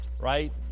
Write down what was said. right